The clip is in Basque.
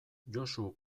josu